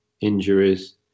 injuries